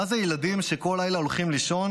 מה זה ילדים שכל לילה הולכים לישון